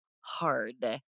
hard